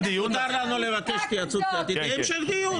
מותר לנו לבקש התייעצות סיעתית והמשך דיון.